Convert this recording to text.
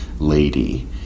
Lady